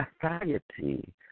society